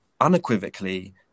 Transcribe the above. unequivocally